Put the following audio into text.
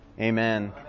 Amen